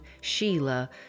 Sheila